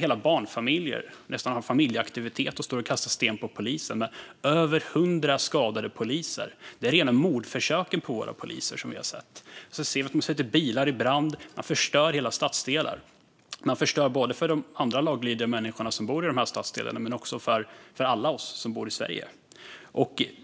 Hela barnfamiljer hade nästan som familjeaktivitet att stå och kasta sten på polisen. Det blev över hundra skadade poliser. Det är rena mordförsöken på våra poliser som vi har sett. Vi har sett att man har satt bilar i brand och förstört hela stadsdelar. Man förstör både för de andra, laglydiga, människorna som bor i de här stadsdelarna och för alla oss som bor i Sverige.